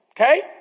Okay